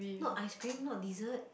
not ice cream not dessert